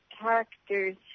characters